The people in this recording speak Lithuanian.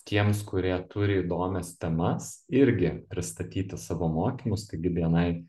tiems kurie turi įdomias temas irgi pristatyti savo mokymus taigi bni